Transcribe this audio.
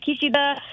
Kishida